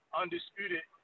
undisputed